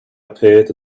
appeared